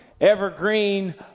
Evergreen